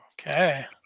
Okay